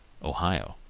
ohio.